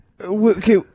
Okay